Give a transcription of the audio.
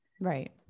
Right